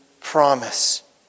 promise